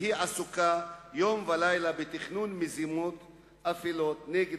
והיא עסוקה יום ולילה בתכנון מזימות אפלות נגד